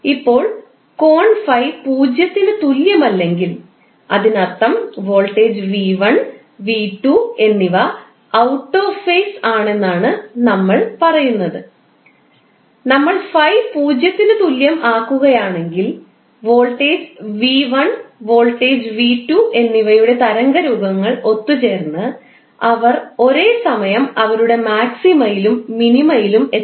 ഇപ്പോൾ കോൺ ∅ പൂജ്യത്തിന് തുല്യമല്ലെങ്കിൽ അതിനർത്ഥം വോൾട്ടേജ് v1 v2 എന്നിവ ഔട്ട് ഓഫ് ഫേസ് ആണെന്നാണ് നമ്മൾ ∅ പൂജ്യത്തിന് തുല്യം ആകുകയാണെങ്കിൽ വോൾട്ടേജ് വി 1 𝑣1 വോൾട്ടേജ് വി 2 𝑣2 എന്നിവയുടെ തരംഗരൂപങ്ങൾ ഒത്തുചേർന്ന് അവ ഒരേ സമയം അവരുടെ മാക്സിമയിലും മിനിമയിലും maxima minima എത്തും